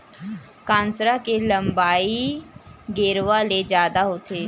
कांसरा के लंबई गेरवा ले जादा होथे